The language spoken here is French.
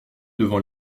devant